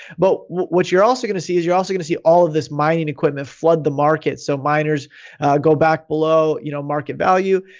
but what you're also going to see is you're also gonna see all of this mining equipment flood the market. so miners go back below you know market value.